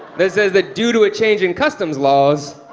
that says that due to a change in customs laws,